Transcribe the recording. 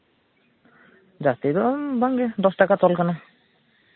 ᱡᱟᱹᱥᱛᱤ ᱫᱚ ᱵᱟᱝᱜᱮ ᱫᱚᱥ ᱴᱟᱠᱟ ᱛᱚᱞ ᱠᱟᱱᱟ